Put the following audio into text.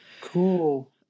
Cool